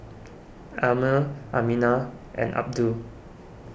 Ammir Aminah and Abdul